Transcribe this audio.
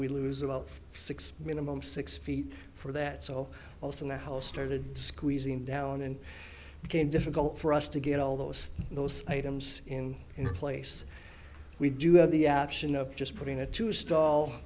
we lose about six minimum six feet for that so also the house started squeezing down and became difficult for us to get all those those items in place we do have the option of just putting it to stall